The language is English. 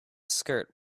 skirt